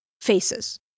faces